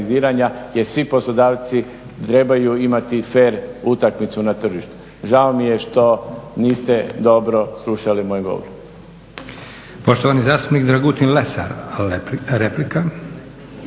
jer svi poslodavci trebaju imati fer utakmicu na tržištu. Žao mi je što niste dobro slušali moj govor.